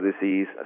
disease